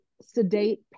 sedate